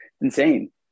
Insane